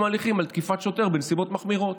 ההליכים על תקיפת שוטר בנסיבות מחמירות.